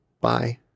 Bye